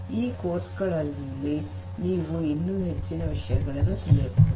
ಈ ಕೋರ್ಸ್ ಗಳಲ್ಲಿ ನೀವು ಇನ್ನು ಹೆಚ್ಚಿನ ವಿಷಯಗಳನ್ನು ತಿಳಿಯಬಹುದು